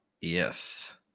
Yes